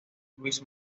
luis